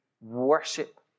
worship